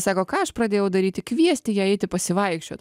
sako ką aš pradėjau daryti kviesti ją eiti pasivaikščiot